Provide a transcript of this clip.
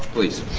please.